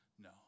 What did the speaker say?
no